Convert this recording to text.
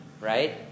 Right